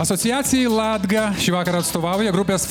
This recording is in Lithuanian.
asociacijai latga šį vakarą atstovauja grupės